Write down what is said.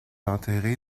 enterré